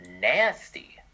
nasty